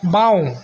বাঁও